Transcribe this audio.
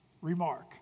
remark